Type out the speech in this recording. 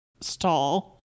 stall